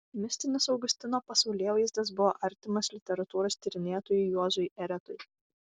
mistinis augustino pasaulėvaizdis buvo artimas literatūros tyrinėtojui juozui eretui